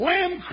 Lamb